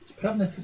Sprawne